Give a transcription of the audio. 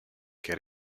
che